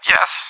Yes